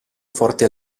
forte